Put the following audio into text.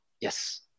yes